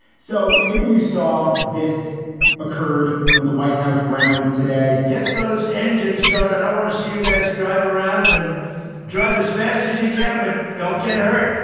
so maybe you saw this occurred on the white house grounds today get those engines started. i want to see you guys drive around and drive as fast as you can, but don't get hurt